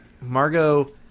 Margot